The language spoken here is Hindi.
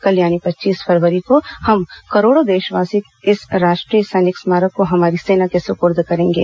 कल यानि पच्चीस फरवरी को हम करोड़ों देशवासी इस राष्ट्रीय सैनिक स्मारक को हमारी सेना को सुपूर्द करेंगे